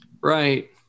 right